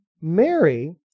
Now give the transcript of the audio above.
Mary